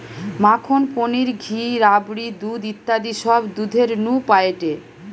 মাখন, পনির, ঘি, রাবড়ি, দুধ ইত্যাদি সব দুধের নু পায়েটে